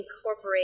incorporate